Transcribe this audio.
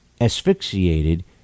asphyxiated